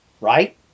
right